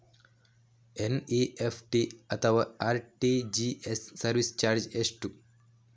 NEFT ಅಥವಾ RTGS service charge ಎಷ್ಟು?